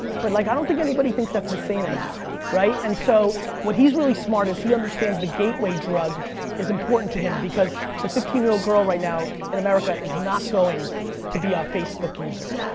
but like i don't think anybody thinks that's insane anymore, right? and so what he's really smart is he understands the gateway drug is important to him. because the fifteen year old girl right now in america is not going to be a facebook user.